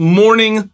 morning